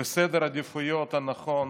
וסדר העדיפויות הנכון